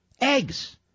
Eggs